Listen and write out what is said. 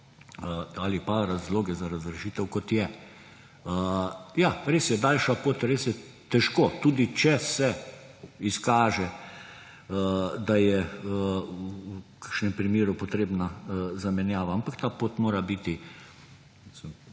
ali pa razloge za razrešitev, kot je. Ja, res je daljša pot, res je težko, tudi če se izkaže, da je v kakšnem primeru potrebna zamenjava, ampak ta pot mora biti